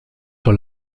sur